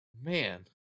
man